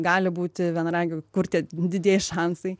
gali būti vienaragiu kur tie didieji šansai